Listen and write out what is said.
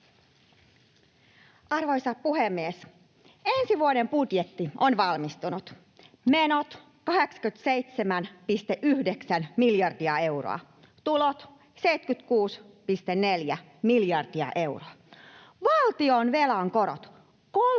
Arvoisa puhemies! Ensi vuoden budjetti on valmistunut. Menot 87,9 miljardia euroa, tulot 76,4 miljardia euroa. Valtionvelan korot 3,2